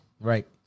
Right